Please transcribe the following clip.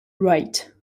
wright